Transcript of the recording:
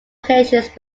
occasions